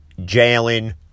Jalen